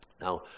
Now